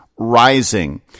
rising